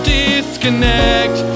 disconnect